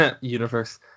Universe